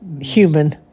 human